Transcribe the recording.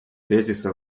тезиса